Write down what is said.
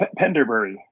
Penderbury